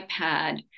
iPad